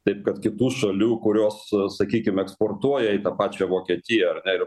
taip pat kitų šalių kurios sakykim eksportuoja į tą pačią vokietiją ar ne ir